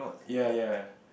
ya ya